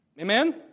Amen